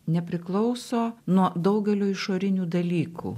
nepriklauso nuo daugelio išorinių dalykų